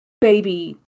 baby